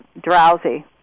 drowsy